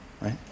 right